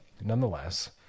Nonetheless